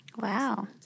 Wow